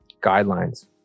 guidelines